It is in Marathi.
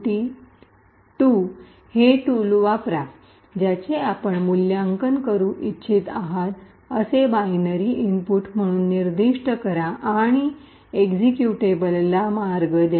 ROPtesttut2 हे टूल वापरा ज्याचे आपण मूल्यांकन करू इच्छित आहात असे बायनरी इनपुट म्हणून निर्दिष्ट करा आणि एक्झिक्युटेबलला मार्ग द्या